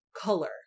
color